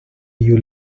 you